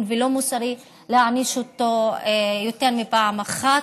ולא מוסרי להעניש אותו יותר מפעם אחת,